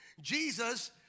Jesus